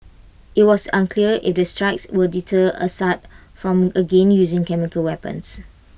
IT was unclear if IT strikes will deter Assad from again using chemical weapons